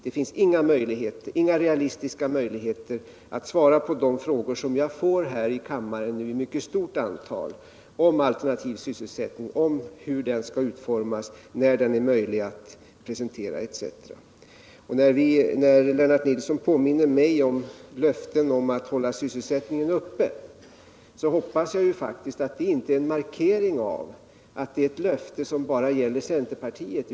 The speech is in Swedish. Det finns inga realistiska möjligheter att svara på de frågor som jag får här i kammaren i mycket stort antal om alternativ sysselsättning, om hur den skall utformas, när den kan presenteras etc. När Lennart Nilsson påminner mig om löften att hålla sysselsättningen uppe hoppas jag faktiskt att det inte är en markering av att det löftet gäller bara centerpartiet.